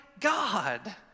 God